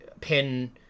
pin